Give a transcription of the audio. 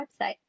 website